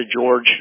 George